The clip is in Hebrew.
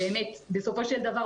בסופו של דבר,